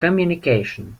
communication